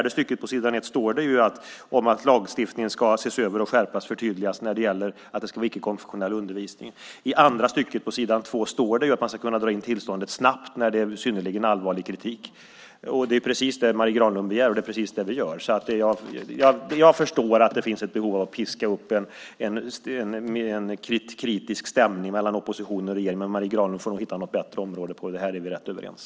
Det står att lagstiftningen ska ses över, skärpas och förtydligas när det gäller att det ska vara icke-konfessionell undervisning. Vidare står det att man ska kunna dra in tillståndet snabbt när det finns synnerligen allvarlig kritik. Det är precis det Marie Granlund begär, och det är precis det vi gör. Jag förstår att det finns ett behov av att piska upp en kritisk stämning mellan oppositionen och regeringen, men Marie Granlund får nog hitta något bättre område. Här är vi rätt överens.